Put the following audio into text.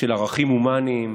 של ערכים הומניים